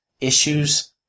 issues